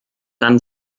dann